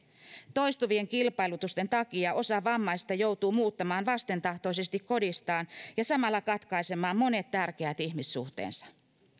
toistuvien kilpailutusten takia osa vammaisista joutuu muuttamaan vastentahtoisesti kodistaan ja samalla katkaisemaan monet tärkeät ihmissuhteensa